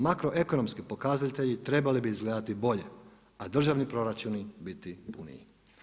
Makroekonomski pokazatelji trebali bi izgledati bolje a državni proračuni biti puniji.